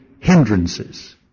hindrances